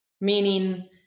meaning